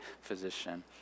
physician